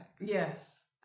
yes